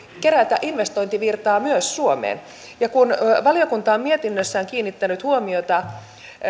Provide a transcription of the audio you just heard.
kerätä investointivirtaa myös suomeen kun valiokunta on mietinnössään kiinnittänyt huomiota